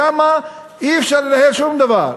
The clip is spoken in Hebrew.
שם אי-אפשר לנהל שום דבר,